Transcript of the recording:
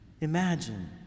imagine